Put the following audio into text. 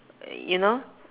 uh you know